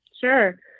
sure